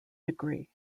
degree